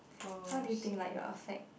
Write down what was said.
how do you think like it will affect